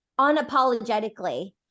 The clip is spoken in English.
unapologetically